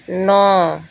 ନଅ